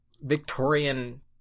Victorian